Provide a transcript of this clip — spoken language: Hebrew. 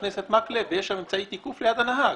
יש אמצעי תיקוף ליד הנהג,